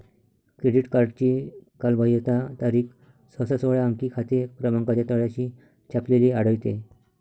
credit कार्डची कालबाह्यता तारीख सहसा सोळा अंकी खाते क्रमांकाच्या तळाशी छापलेली आढळते